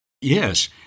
Yes